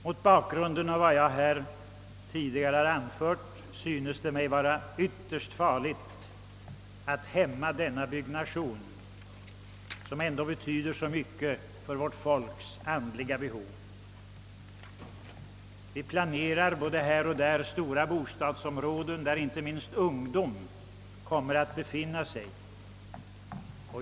Mot bakgrunden av vad jag här tidigare har anfört, synes det mig vara ytterst farligt att hämma denna byggnation, som ändå betyder så mycket för vårt folks andliga behov. Det planeras nya stora bostadsområden, där inte minst ungdom kommer att befinna sig.